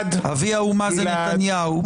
אבי האומה זה נתניהו.